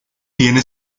tiene